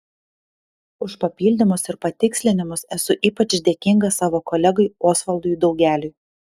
už papildymus ir patikslinimus esu ypač dėkinga savo kolegai osvaldui daugeliui